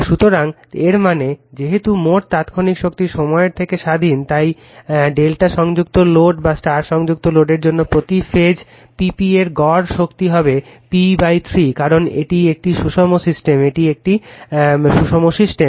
সুতরাং এর মানে যেহেতু মোট তাত্ক্ষণিক শক্তি সময়ের থেকে স্বাধীন তাই Δ সংযুক্ত লোড বা স্টার সংযুক্ত লোডের জন্য প্রতি ফেজ P p এর গড় শক্তি হবে p3 কারণ এটি একটি সুষম সিস্টেম এটি একটি সুষম সিস্টেম